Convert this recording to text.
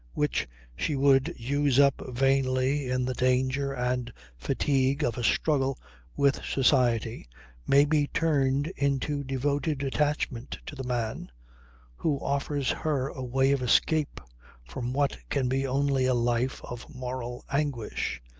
which she would use up vainly in the danger and fatigue of a struggle with society may be turned into devoted attachment to the man who offers her a way of escape from what can be only a life of moral anguish.